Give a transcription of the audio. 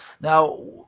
Now